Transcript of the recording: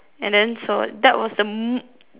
and then so that was the mo~